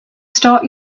start